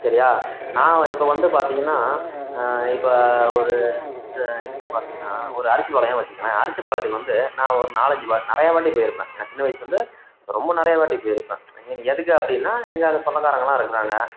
சரியா நான் இப்போ வந்து பார்த்தீங்கன்னா இப்போ ஒரு சே இதுக்கு பார்த்தீங்கன்னா ஒரு அரிசிபாளையம் வச்சுங்கோகளேன் அரிசிபாளையத்துக்கு வந்து நான் ஒரு நாலஞ்சு வாட்டி நிறையா வாட்டி போயிருப்பேன் நான் சின்ன வயசுலேருந்து ரொம்ப நிறையா வாட்டி போயிருப்பேன் ஐ மீன் எதுக்கு அப்படின்னா எங்கேயாவது சொந்தக்காரங்களெலாம் இருக்கிறாங்க